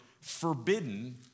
forbidden